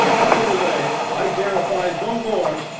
up and away! i dare abide no more.